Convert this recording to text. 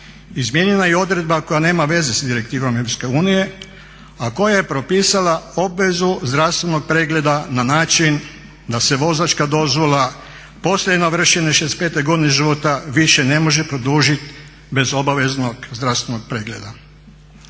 izmijenjena je i odredba koja nema veze s direktivom EU a koja je propisala obvezu zdravstvenog pregleda na način da se vozačka dozvola poslije navršene 65 godine života više ne može produžit bez obaveznog zdravstvenog pregleda.